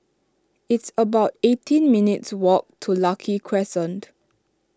it's about eighteen minutes' walk to Lucky Crescent